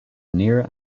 near